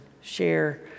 share